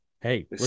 Hey